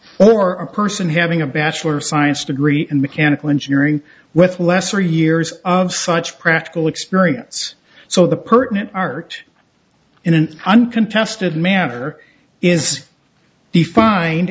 or a person having a bachelor of science degree in mechanical engineering with lesser years of such practical experience so the pertinent part in an uncontested manner is defined